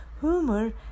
humor